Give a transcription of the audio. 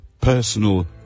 Personal